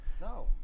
No